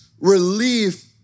relief